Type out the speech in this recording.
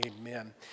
amen